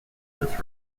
this